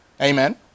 Amen